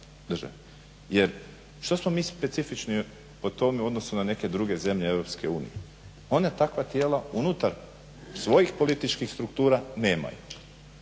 Jer što smo mi specifični po tome u odnosu na neke druge zemlje Europske unije. One takva tijela unutar svojih političkih struktura nemaju.